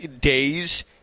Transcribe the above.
days